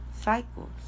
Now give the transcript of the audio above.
cycles